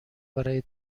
برای